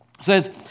says